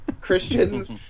Christians